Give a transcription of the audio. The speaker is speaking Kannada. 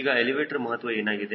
ಈಗ ಎಲಿವೇಟರ್ ಮಹತ್ವ ಏನಾಗಿದೆ